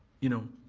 you know?